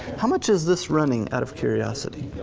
how much is this running out of curiosity?